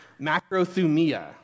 macrothumia